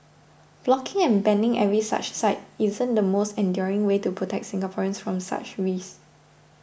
blocking and banning every such site isn't the most enduring way to protect Singaporeans from such risks